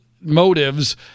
motives